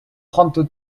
trente